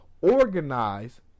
Organize